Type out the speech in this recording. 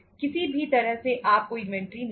किसी भी तरह से आप कोई इन्वेंटरी नहीं बना रहे हैं